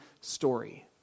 story